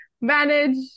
manage